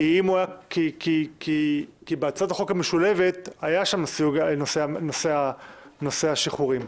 כי בהצעת החוק המשולבת היה נושא השחרורים,